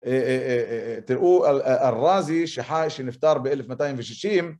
תראו, הרזי שחי שנפטר ב-1260